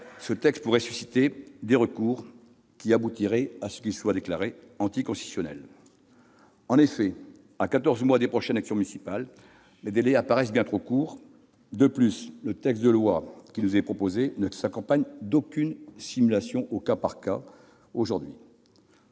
ce texte pourrait susciter des recours qui aboutiraient à ce qu'il soit déclaré inconstitutionnel. En effet, à quatorze mois des prochaines élections municipales, les délais apparaissent bien trop courts. De plus, le texte qui nous est présenté ne s'accompagne d'aucune simulation. Enfin, j'affirme